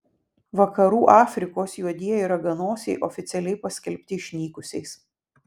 vakarų afrikos juodieji raganosiai oficialiai paskelbti išnykusiais